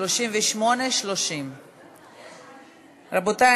30 38. רבותי,